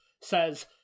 says